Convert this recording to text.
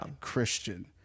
Christian